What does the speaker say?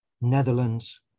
Netherlands